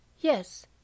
yes